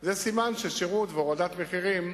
זה סימן ששירות והורדת מחירים,